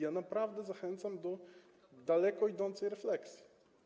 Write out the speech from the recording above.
Ja naprawdę zachęcam do daleko idącej refleksji.